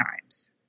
times